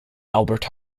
albert